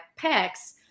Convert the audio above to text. pecs